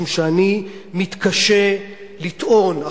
משום שאני מתקשה לטעון,